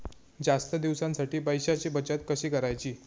जास्त दिवसांसाठी पैशांची बचत कशी करायची?